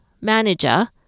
Manager